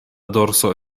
dorso